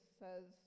says